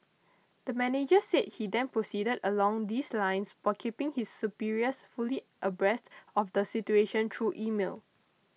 the manager said he then proceeded along these lines while keeping his superiors fully abreast of the situation true email